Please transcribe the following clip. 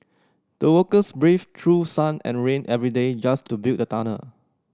the workers braved through sun and rain every day just to build the tunnel